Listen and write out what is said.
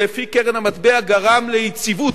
שלפי קרן המטבע גרם ליציבות,